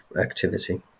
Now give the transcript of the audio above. activity